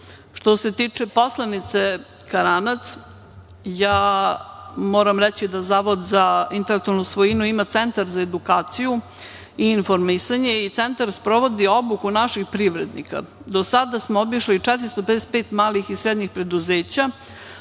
se tiče poslanice Karanac, ja moram reći da Zavod za intelektualnu svojinu ima Centar za edukaciju i informisanje. Centar sprovodi obuku naših privrednika. Do sada smo obišli 455 malih i srednjih preduzeća,